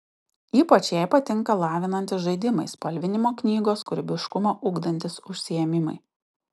ypač jai patinka lavinantys žaidimai spalvinimo knygos kūrybiškumą ugdantys užsiėmimai